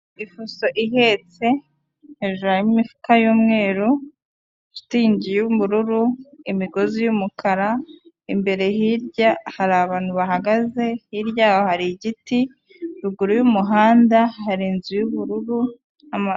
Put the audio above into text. Ifuso ihetse hejuru harimo imifuka y'umweru, shitingi y'ubururu, imigozi y'umukara, imbere hirya hari abantu bahagaze, hirya hari igiti ruguru y'umuhanda hari inzu y'ubururu.